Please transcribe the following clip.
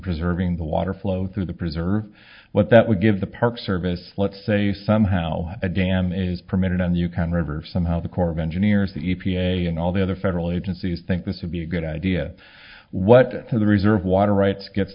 preserving the water flow through the preserve what that would give the park service let's say somehow a dam is permitted on the yukon river somehow the corps of engineers the e p a and all the other federal agencies think this will be a good idea what are the reserve water rights gets